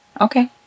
Okay